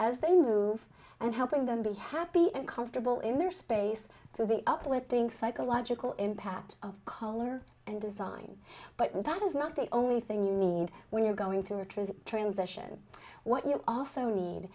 as they move and helping them be happy and comfortable in their space for the uplifting psychological impact of color and design but when that is not the only thing you need when you're going to return transition what you also need